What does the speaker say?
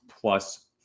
plus